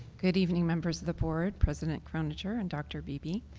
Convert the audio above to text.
good evening, members of the board, president croninger, and dr. beebe,